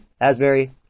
Asbury